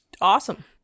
Awesome